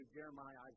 Jeremiah